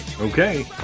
Okay